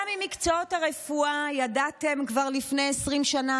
גם במקצועות הרפואה ידעתם לפני 20 שנה